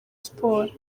sports